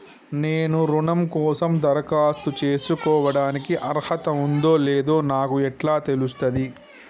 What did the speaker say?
నేను రుణం కోసం దరఖాస్తు చేసుకోవడానికి అర్హత ఉందో లేదో నాకు ఎట్లా తెలుస్తది?